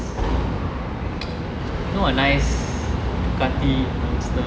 you know a nice ducati monster